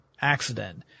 accident